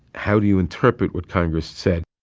how do you interpret what congress said.